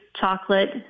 chocolate